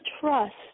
trust